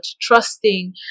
trusting